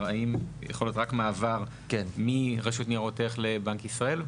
יכול להיות מעבר רק מעבר מרשות ניירות ערך לבנק ישראל?